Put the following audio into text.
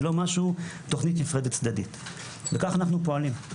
זה לא משהו תוכנית פרדת צדדית וכך אנחנו פועלים.